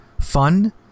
fun